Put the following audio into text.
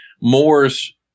moore's